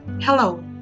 Hello